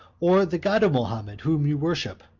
or the god of mahomet, whom you worship?